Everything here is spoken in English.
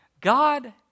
God